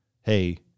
hey